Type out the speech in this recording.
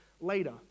later